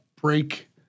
break